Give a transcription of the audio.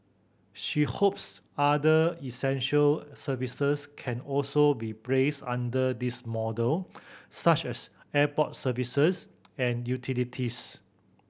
she hopes other essential services can also be placed under this model such as airport services and utilities